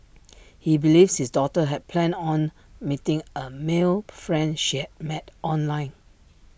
he believes his daughter had planned on meeting A male friend she had met online